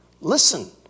Listen